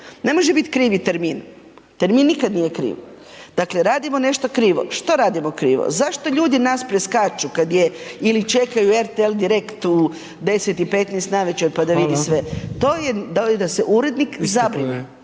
Ne može biti krivi termin, termin nikad nije kriv, dakle radimo nešto krivo. Što radimo krivo? Zašto ljudi nas preskaču kad je ili čekaju RTL „Direkt“ u 10,15 navečer pa da vidi sve. … /Upadica